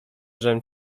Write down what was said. żem